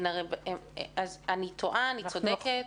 האם אני טועה או צודקת?